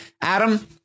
Adam